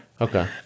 Okay